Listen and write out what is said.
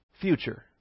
future